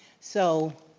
so